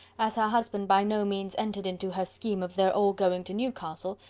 as her husband by no means entered into her scheme of their all going to newcastle,